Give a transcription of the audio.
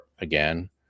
again